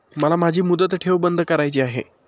मला माझी मुदत ठेव बंद करायची आहे